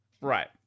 Right